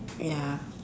ya